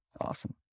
awesome